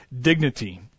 dignity